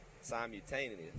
simultaneous